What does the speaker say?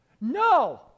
no